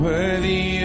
Worthy